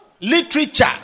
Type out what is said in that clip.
literature